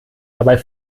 dabei